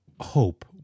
hope